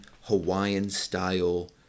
Hawaiian-style